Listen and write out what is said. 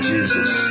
Jesus